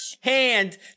hand